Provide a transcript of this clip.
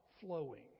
flowing